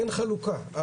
אין חלוקה,